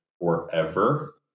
forever